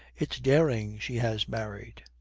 it's dering she has married.